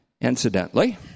Incidentally